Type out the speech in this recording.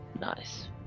Nice